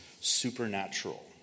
supernatural